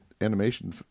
animation